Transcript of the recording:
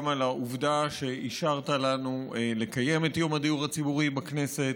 גם על העובדה שאישרת לנו לקיים את יום הדיור הציבורי בכנסת